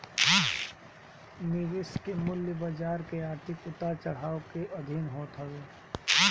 निवेश के मूल्य बाजार के आर्थिक उतार चढ़ाव के अधीन होत हवे